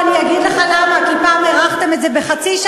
אומנם זאת התכנסות שקטה,